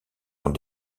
sont